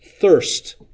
thirst